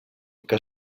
que